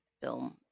film